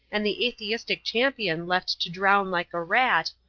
and the atheistic champion left to drown like a rat,